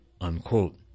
unquote